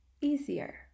easier